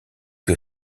que